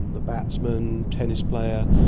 the batsmen, tennis player,